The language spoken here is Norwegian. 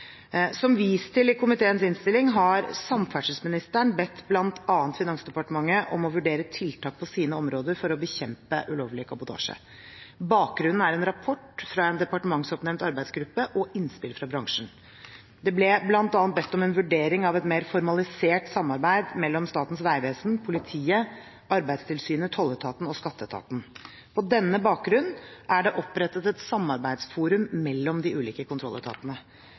Som vist til i komiteens innstilling, har samferdselsministeren bedt bl.a. Finansdepartementet om å vurdere tiltak på sine områder for å bekjempe ulovlig kabotasje. Bakgrunnen er en rapport fra en departementsoppnevnt arbeidsgruppe og innspill fra bransjen. Det ble bl.a. bedt om en vurdering av et mer formalisert samarbeid mellom Statens vegvesen, politiet, Arbeidstilsynet, tolletaten og skatteetaten. På denne bakgrunn er det opprettet et samarbeidsforum mellom de ulike kontrolletatene.